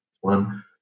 One